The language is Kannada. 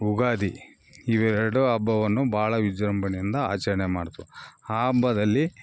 ಯುಗಾದಿ ಇವೆರಡು ಹಬ್ಬವನ್ನು ಭಾಳ ವಿಜೃಂಭಣೆಯಿಂದ ಆಚರಣೆ ಮಾಡ್ತು ಆ ಹಬ್ಬದಲ್ಲಿ